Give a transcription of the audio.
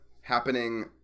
happening